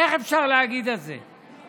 איך אפשר להגיד את זה?